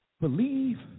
believe